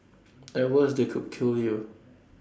at worst they could kill you